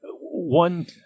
one